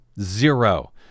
Zero